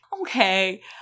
Okay